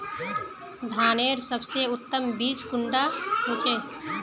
धानेर सबसे उत्तम बीज कुंडा होचए?